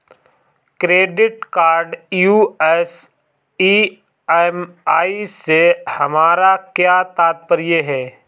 Credit card US EMI से हमारा क्या तात्पर्य है?